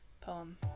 poem